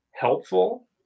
helpful